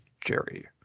Jerry